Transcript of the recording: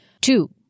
two